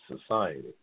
society